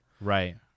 Right